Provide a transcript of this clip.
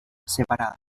separadas